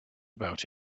about